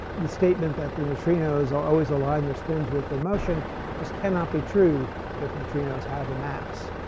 the statement that the neutrinos always align their spins with their motion just cannot be true if neutrinos have a mass.